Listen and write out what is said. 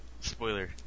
Spoiler